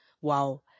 wow